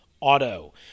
Auto